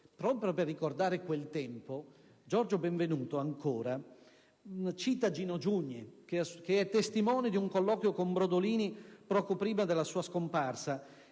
proprio per ricordare quel tempo, Giorgio Benvenuto ancora cita Gino Giugni, testimone di un colloquio con Brodolini, poco prima della sua scomparsa,